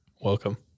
welcome